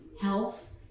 health